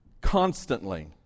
constantly